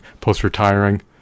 post-retiring